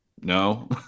No